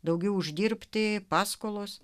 daugiau uždirbti paskolos